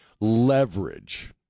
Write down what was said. leverage